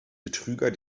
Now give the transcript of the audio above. betrüger